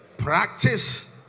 Practice